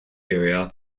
area